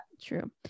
True